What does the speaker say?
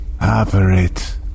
...operate